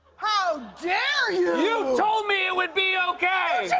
how dare you! you told me it would be okay!